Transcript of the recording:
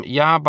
ja